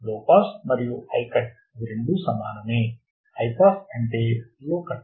లో పాస్ మరియు high cut ఇవి రెండూ సమానమే హై పాస్ అంటే అదే లో కట్